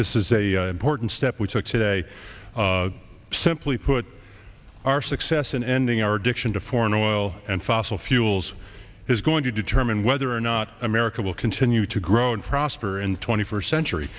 this is a important step we took today simply put our success in ending our addiction to foreign oil and fossil fuels is going to determine whether or not america will continue to grow and prosper in twenty first century